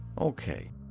Okay